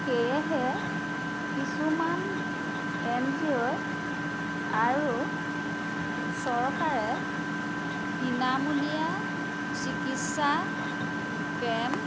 সেয়েহে কিছুমান N G O আৰু চৰকাৰে বিনামূলীয়া চিকিৎসা কেম্প